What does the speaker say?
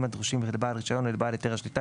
הדרושים לבעל הרישיון או לבעל היתר השליטה,